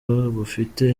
bufite